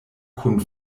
kun